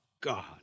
God